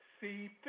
see